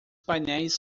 painéis